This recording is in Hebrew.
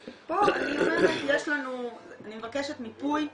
אז פה אני מבקשת מיפוי,